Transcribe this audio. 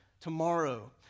Tomorrow